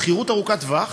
שכירות ארוכת טווח,